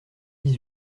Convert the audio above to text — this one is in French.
dix